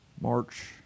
march